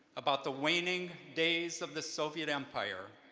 about the waning days of the soviet empire,